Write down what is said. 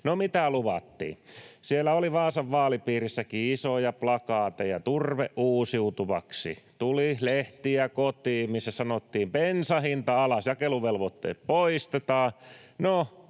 No mitä luvattiin? Siellä oli Vaasan vaalipiirissäkin isoja plakaatteja: ”Turve uusiutuvaksi”. Tuli kotiin lehtiä, missä sanottiin: ”Bensan hinta alas, jakeluvelvoitteet poistetaan”.